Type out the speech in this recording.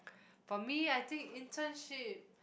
for me I think internship